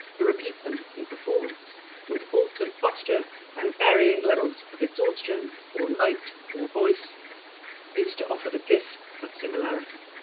to repeat them in performance with altered posture and varying levels of exhaustion or light or voice is to offer the gift of similarity.